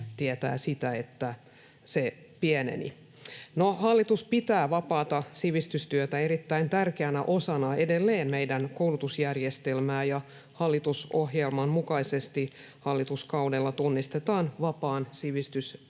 joka tiesi sitä, että se pieneni. No, hallitus pitää vapaata sivistystyötä edelleen erittäin tärkeänä osana meidän koulutusjärjestelmää. Hallitusohjelman mukaisesti hallituskaudella tunnistetaan vapaan sivistystyön